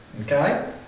Okay